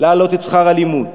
להעלות את שכר הלימוד,